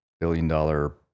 billion-dollar